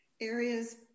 areas